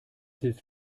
hilft